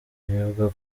bivugwa